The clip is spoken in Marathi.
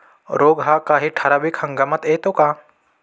रोग हा काही ठराविक हंगामात येतो का?